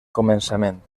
començament